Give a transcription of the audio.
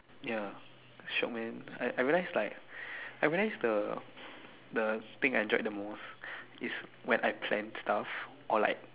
ya show man I I realize like I realize the the thing I enjoyed the most is when I plan stuff or like